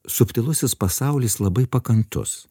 subtilusis pasaulis labai pakantus